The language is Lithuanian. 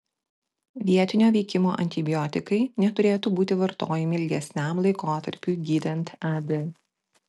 vietinio veikimo antibiotikai neturėtų būti vartojami ilgesniam laikotarpiui gydant ad